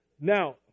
Now